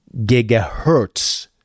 gigahertz